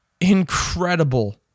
incredible